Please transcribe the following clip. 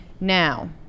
Now